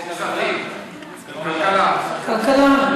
כלכלה.